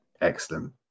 Excellent